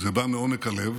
זה בא מעומק הלב